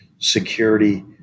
security